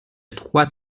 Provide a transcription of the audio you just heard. trois